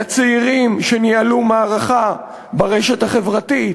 לצעירים שניהלו מערכה ברשת החברתית,